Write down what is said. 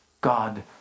God